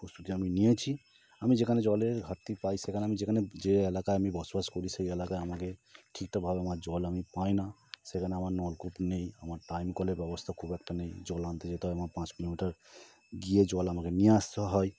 প্রস্তুতি আমি নিয়েছি আমি যেখানে জলের ঘাটতি পাই সেখানে আমি যেখানে যে এলাকায় আমি বসবাস করি সেই এলাকায় আমাকে ঠিকঠাভাবে আমার জল আমি পাই না সেখানে আমার নলকূপ নেই আমার টাইম কলের ব্যবস্থা খুব একটা নেই জল আনতে যেতে হয় আমার পাঁচ কিলোমিটার গিয়ে জল আমাকে নিয়ে আসতে হয়